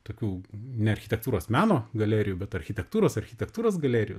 tokių ne architektūros meno galerijų bet architektūros architektūros galerijų